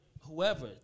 whoever